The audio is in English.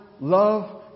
love